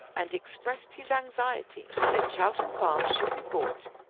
and expressed his anxiety that chowton farm should be bought,